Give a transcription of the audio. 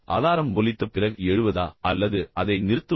alarm ஒலித்த பிறகு எழுவதா அல்லது அதை நிறுத்துவதா